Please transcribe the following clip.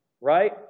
Right